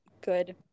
good